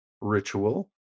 ritual